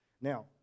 Now